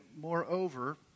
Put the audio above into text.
moreover